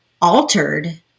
altered